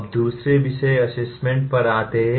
अब दूसरे विषय असेसमेंट पर आते हैं